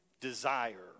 desire